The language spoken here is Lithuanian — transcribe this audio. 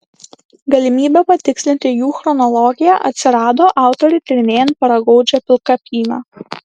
galimybė patikslinti jų chronologiją atsirado autoriui tyrinėjant paragaudžio pilkapyną